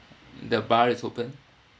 the bar is open